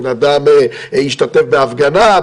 אדם השתתף בהפגנה,